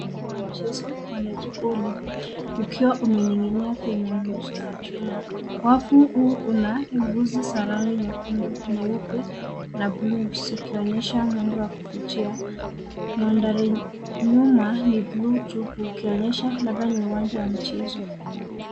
Wavu wa mchezo wa netiboli ukiwa umening'inia kwenye nguzo ya chuma. Wavu huu una nguzo za rangi nyekundu, nyeupe na bluu zikionyesha muundo wa kuvuria. Mandhari nyuma ni bluu tupu ikionyesha labda ni uwanja wa michezo.